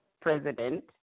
president